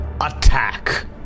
attack